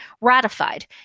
ratified